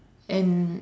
and